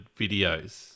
videos